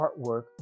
artwork